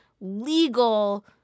legal